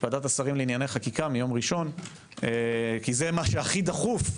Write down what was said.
ועדת השרים לענייני חקיקה מיום ראשון כי זה מה שהכי דחוף.